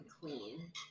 clean